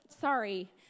sorry